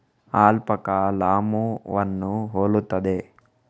alpaca ಲಾಮೂವನ್ನು ಹೋಲುತ್ತದೆ